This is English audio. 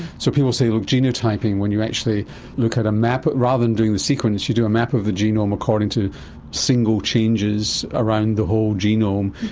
so people say, look, genotyping when you actually look at a map, rather than doing the sequence you do a map of the genome according to single changes around the whole genome,